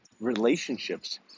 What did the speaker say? relationships